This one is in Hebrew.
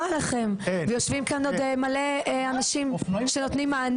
ובואו נשאל אותם אם הם מגדירים את עצמם כמוקד